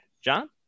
John